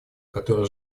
который